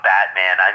Batman